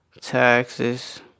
Taxes